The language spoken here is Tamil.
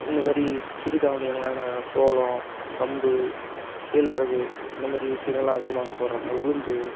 இந்த மாரி சிறு தானியங்களான சோளம் கம்பு கேழ்வரகு இந்த மாரி விஷயங்களாம் அதிகமாக அங்கே போடறாங்க உளுந்து